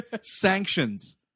Sanctions